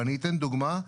ואני אתן דוגמה.